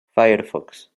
firefox